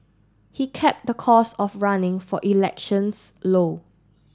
he kept the cost of running for elections low